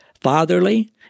fatherly